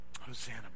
Hosanna